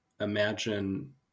imagine